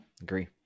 agree